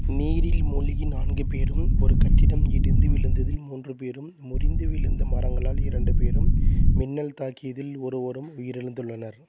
நீரில் மூழ்கி நான்கு பேரும் ஒரு கட்டிடம் இடிந்து விழுந்ததில் மூன்று பேரும் முறிந்து விழுந்த மரங்களால் இரண்டு பேரும் மின்னல் தாக்கியதில் ஒருவரும் உயிரிழந்துள்ளனர்